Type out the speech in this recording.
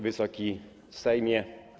Wysoki Sejmie!